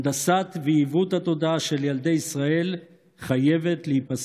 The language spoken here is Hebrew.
הנדסת התודעה ועיוות התודעה של ילדי ישראל חייבים להיפסק.